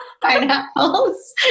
pineapples